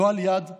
לא על יד,